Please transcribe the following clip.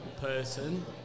person